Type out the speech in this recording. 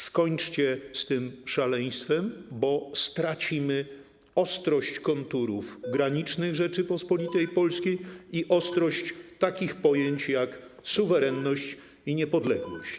Skończcie z tym szaleństwem, bo stracimy ostrość konturów granicznych Rzeczypospolitej Polskiej i ostrość takich pojęć jak suwerenność i niepodległość.